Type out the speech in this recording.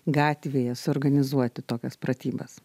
gatvėje suorganizuoti tokias pratybas